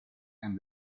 and